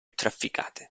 trafficate